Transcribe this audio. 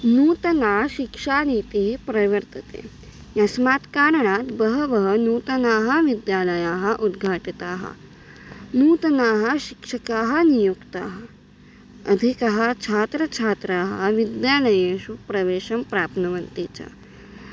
नूतना शिक्षानीतिः प्रवर्तते यस्मात् कारणात् बहवः नूतनाः विद्यालयाः उद्घाटिताः नूतनाः शिक्षकाः नियुक्ताः अधिकाः छात्रछात्राः विद्यालयेषु प्रवेशं प्राप्नुवन्ति च